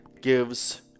gives